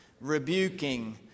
rebuking